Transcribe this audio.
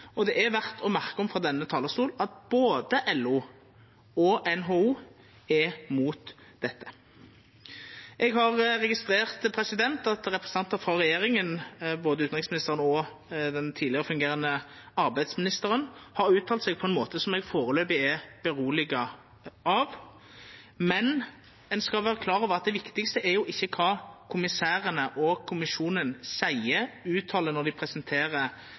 Det er verdt å minna om frå denne talarstolen at både LO og NHO er mot dette. Eg har registrert at representantar frå regjeringa, både utanriksministeren og den tidlegare fungerande arbeidsministeren, har uttalt seg på ein måte eg foreløpig er roa av, men ein skal vera klar over at det viktigaste er ikkje kva kommissærane og Kommisjonen seier og uttalar når dei presenterer